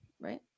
right